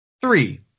Three